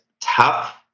tough